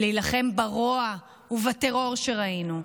להילחם ברוע ובטרור שראינו.